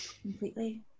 Completely